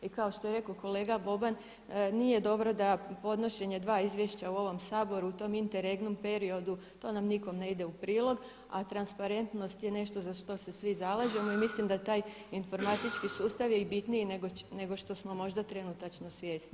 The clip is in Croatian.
I kao što je rekao kolega Boban, nije dobro da podnošenje dva izvješća u ovom Saboru u tom interegnum periodu to nam nikome ne ide u prilog, a transparentnost je nešto za što se svi zalažemo i mislim da taj informatički sustav je bitniji nego što smo možda trenutačno svjesni.